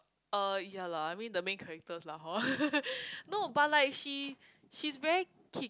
uh ya lah I mean the main character lah hor no but like she she's very kick